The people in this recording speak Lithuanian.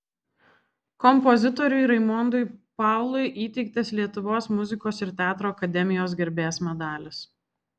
kompozitoriui raimondui paului įteiktas lietuvos muzikos ir teatro akademijos garbės medalis